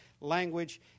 language